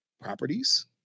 properties